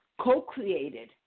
co-created